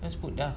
just put lah